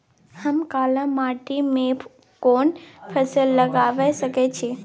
हम काला माटी में कोन फसल लगाबै सकेत छी?